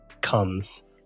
comes